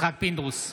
יצחק פינדרוס,